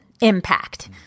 impact